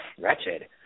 wretched